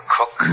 Cook